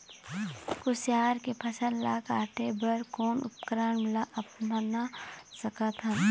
कुसियार के फसल ला काटे बर कोन उपकरण ला अपना सकथन?